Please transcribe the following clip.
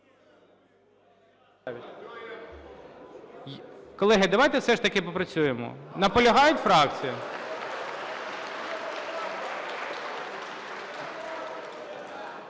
Колеги, давайте все ж таки попрацюємо, наполягають фракції.